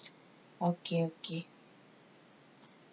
okay okay